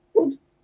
Oops